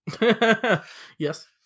Yes